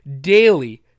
daily